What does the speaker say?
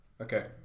Okay